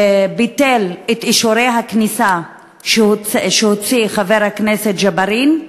ביטל את אישורי הכניסה שהוציא חבר הכנסת ג'בארין,